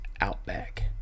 Outback